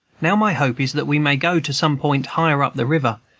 now my hope is that we may go to some point higher up the river,